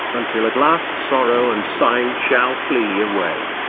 until at last sorrow and sighing shall flee away,